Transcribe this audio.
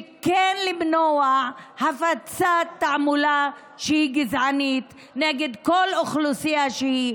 וכן למנוע הפצת תעמולה גזענית נגד אוכלוסייה כלשהי,